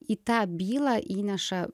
į tą bylą įneša